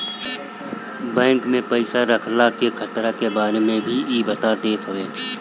bank में पईसा रखला के खतरा के बारे में भी इ बता देत हवे